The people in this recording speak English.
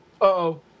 uh-oh